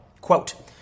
Quote